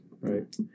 right